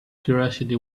curiosity